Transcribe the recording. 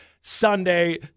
Sunday